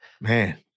man